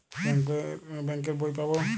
Bank এর বই পাবো?